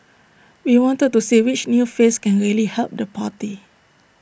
we wanted to see which new face can really help the party